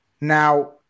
Now